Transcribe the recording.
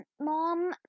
mom